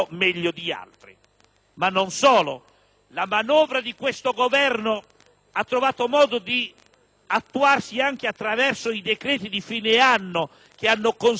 Ma non solo. La manovra di questo Governo ha trovato modo di attuarsi anche attraverso i decreti di fine anno, che hanno consentito